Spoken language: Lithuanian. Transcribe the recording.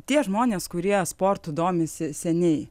tie žmonės kurie sportu domisi seniai